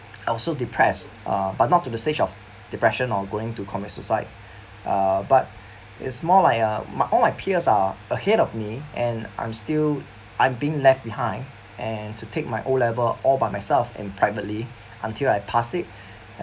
I was so depressed uh but not to the stage of depression or going to commit suicide uh but it's more like uh all my peers are ahead of me and I'm still I'm being left behind and to take my O level all by myself in privately until I pass it